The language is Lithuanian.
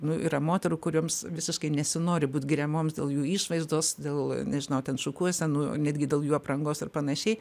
nu yra moterų kurioms visiškai nesinori būt giriamoms dėl jų išvaizdos dėl nežinau ten šukuosenų netgi dėl jų aprangos ir panašiai